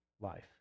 life